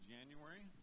January